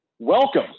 Welcome